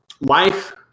life